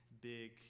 big